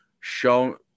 show